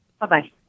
bye-bye